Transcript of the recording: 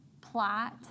plot